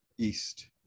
east